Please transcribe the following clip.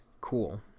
cool